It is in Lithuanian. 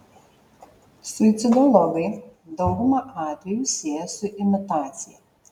suicidologai daugumą atvejų sieja su imitacija